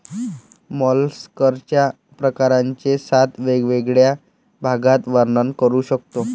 मॉलस्कच्या प्रकारांचे सात वेगवेगळ्या भागात वर्णन करू शकतो